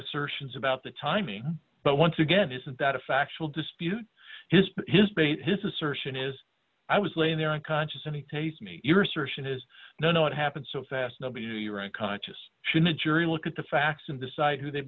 assertions about the timing but once again isn't that a factual dispute his his bait his assertion is i was laying there aren't conscious any taste me your assertion is no no it happened so fast nobody knew your own conscious should a jury look at the facts and decide who they